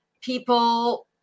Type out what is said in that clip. people